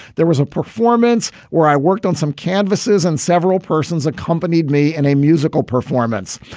there was a performance where i worked on some canvases and several persons accompanied me in a musical performance.